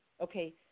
okay